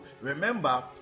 remember